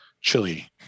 chili